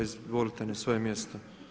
Izvolite na svoje mjesto.